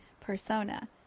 persona